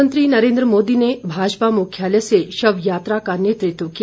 प्रधानमंत्री नरेन्द्र मोदी ने भाजपा मुख्यालय से शव यात्रा का नेतृत्व किया